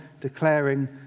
declaring